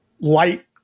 light